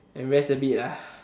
and rest a bit ah